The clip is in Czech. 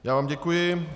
Já vám děkuji.